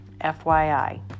FYI